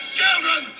children